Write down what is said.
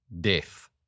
death